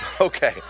Okay